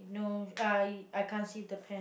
no I I can't see the pant